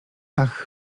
ach